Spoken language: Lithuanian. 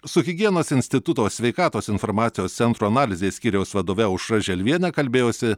su higienos instituto sveikatos informacijos centro analizės skyriaus vadove aušra želvienė kalbėjosi